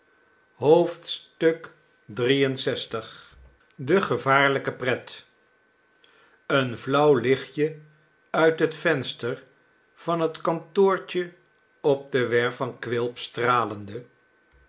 lxiii de gevaarlijke pret een flauw lichtje uit het venster van het kantoortje op de werf van quilp stralende